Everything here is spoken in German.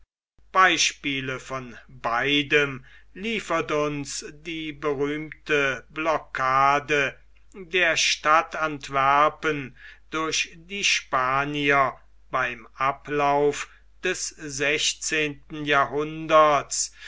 beispiele von beidem liefert uns die berühmte blocade der stadt antwerpen durch die spanier beim ablauf des sechzehnten jahrhunderts